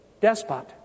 despot